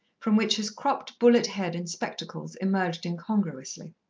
from which his cropped bullet head and spectacles emerged incongruously.